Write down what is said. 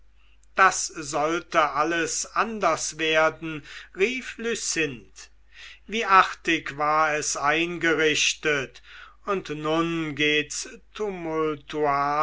das sollte alles anders werden rief lucinde wie artig war es eingerichtet und nun geht's tumultuarisch